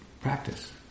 practice